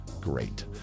great